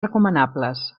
recomanables